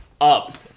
up